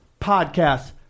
podcast